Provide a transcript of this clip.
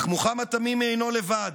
אך מוחמד תמימי אינו לבד.